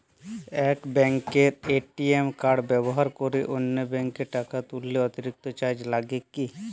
এক ব্যাঙ্কের ATM card ব্যবহার করে অন্য ব্যঙ্কে টাকা তুললে অতিরিক্ত চার্জ লাগে কি?